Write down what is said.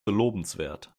lobenswert